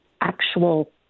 actual